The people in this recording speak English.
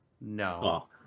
no